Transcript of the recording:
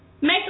Make